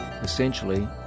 essentially